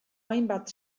hainbat